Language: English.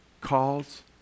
calls